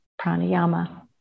pranayama